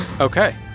Okay